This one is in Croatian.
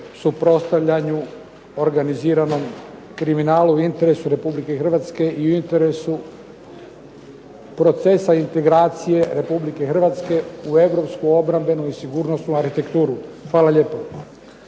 suprotstavljanju organiziranom kriminalu u interesu RH i u interesu procesa integracije RH u europsku obrambenu i sigurnosnu arhitekturu. Hvala lijepo.